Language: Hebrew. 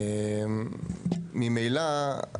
ממילא,